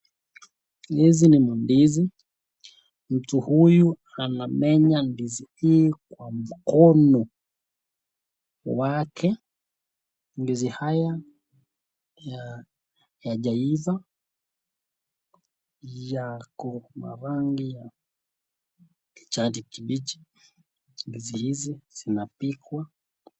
Hizi ni mandizi mtu huyu anamenya ndizi hii kwa mkono wake ndizi haya hayajaiva yako na rangi ya kijani kibichi ndizi hizi zinapikwa .